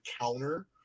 Counter